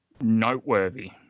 noteworthy